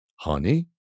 Honey